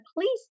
please